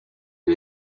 and